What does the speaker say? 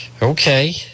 Okay